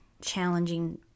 challenging